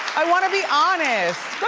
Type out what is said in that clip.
i wanna be honest,